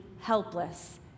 helpless